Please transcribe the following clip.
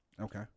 Okay